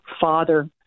father